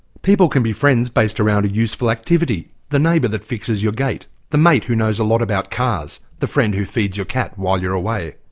people can be friends based around a useful activity the neighbour that fixes your gate, the mate who knows a lot about cars, the friend who feeds your cat while you're away.